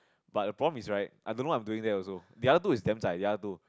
but the problem is right I don't know what I'm doing there also the other two is damn zai the other two